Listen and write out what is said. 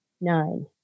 Nine